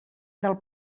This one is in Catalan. del